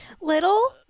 Little